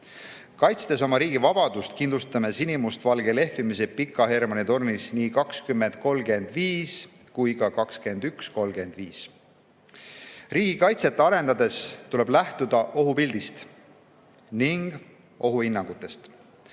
Kaitstes oma riigi vabadust, kindlustame sinimustvalge lehvimise Pika Hermanni tornis nii aastal 2035 kui ka aastal 2135.Riigikaitset arendades tuleb lähtuda ohupildist ning ohuhinnangutest.